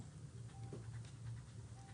בסעיף (3)